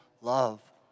love